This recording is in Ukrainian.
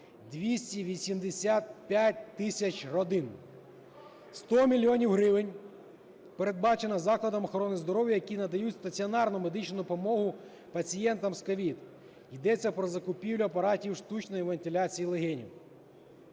285 тисяч родин. 100 мільйонів гривень передбачено закладам охорони здоров'я, які надають стаціонарну медичну допомогу пацієнтам з COVID. Йдеться про закупівлю апаратів штучної вентиляції легенів.